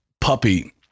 puppy